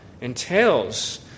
entails